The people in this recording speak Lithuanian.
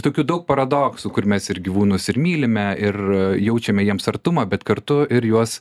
tokių daug paradoksų kur mes ir gyvūnus ir mylime ir jaučiame jiems artumą bet kartu ir juos